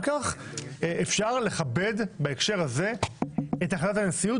כך אפשר לכבד בהקשר הזה את החלטת הנשיאות.